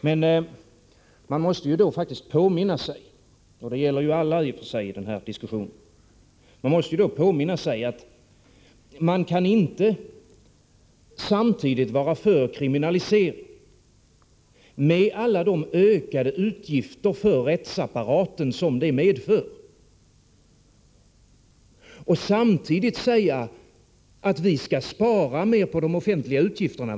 Men man måste faktiskt då påminna sig — och det gäller alla i denna diskussion — att man inte kan vara för kriminalisering, med alla de ökade utgifter för rättsapparaten som det medför, och samtidigt säga att man vill spara mera pengar än regeringen på de offentliga utgifterna.